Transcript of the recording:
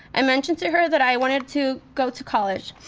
i mentioned to her that i wanted to go to college.